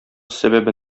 сәбәбе